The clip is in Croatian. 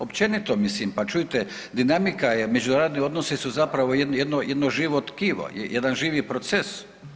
Općenito mislim, pa čujte dinamika je, međunarodni odnosi su zapravo jedno, jedno živo tkivo, jedan živi proces.